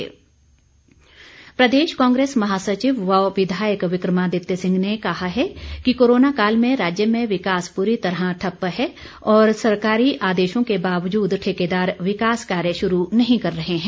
विक्रमादित्य सिंह प्रदेश कांग्रेस महासचिव व विधायक विक्रमादित्य सिंह ने कहा है कि कोरोना काल में राज्य में विकास पूरी तरह ठप्प है और सरकारी आदेशों के बावजूद ठेकेदार विकास कार्य शुरू नहीं कर रहे हैं